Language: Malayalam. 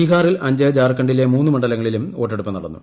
ബീഹാറിൽ അഞ്ച് ജാർഖണ്ഡിലെ ്മൂന്ന് മണ്ഡലങ്ങളിലും വോട്ടെടുപ്പ് നടന്നു